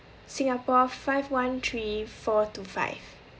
singapore five one three four two five